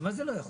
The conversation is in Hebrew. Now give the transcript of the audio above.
מה זאת אומרת?